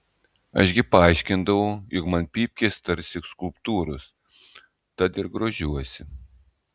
aš gi paaiškindavau jog man pypkės tarsi skulptūros tad ir grožiuosi